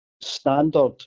standard